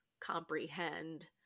comprehend